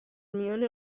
میان